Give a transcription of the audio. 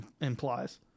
implies